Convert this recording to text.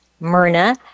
Myrna